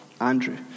Andrew